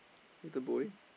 later bowling